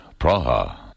Praha